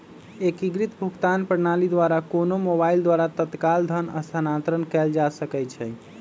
एकीकृत भुगतान प्रणाली द्वारा कोनो मोबाइल द्वारा तत्काल धन स्थानांतरण कएल जा सकैछइ